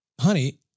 Honey